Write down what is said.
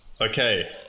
Okay